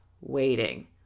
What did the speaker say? waiting